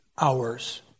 Hours